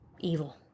Evil